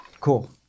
cool